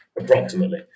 approximately